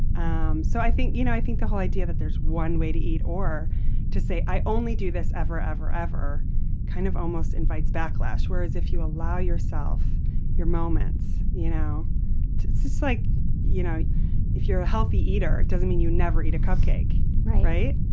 um so i think you know i think the whole idea that there's one way to eat or to say, i only do this ever, ever, ever kind of almost invites backlash. whereas if you allow yourself your moments you know it's just like you know if you're a healthy eater, it doesn't mean you never eat a cupcake, right?